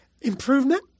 improvement